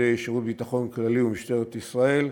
על-ידי שירות ביטחון כללי ומשטרת ישראל,